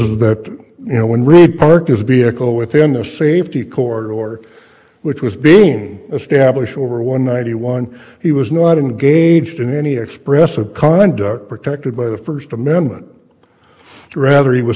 is that you know when real parkers be eckel within the safety cord or which was being established over one ninety one he was not engaged in any expressive conduct protected by the first amendment rather he was